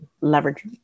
leverage